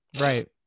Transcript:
Right